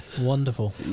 Wonderful